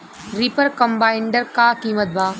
Reaper combiner का किमत बा?